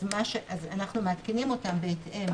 אז אנחנו מעדכנים אותם בהתאם.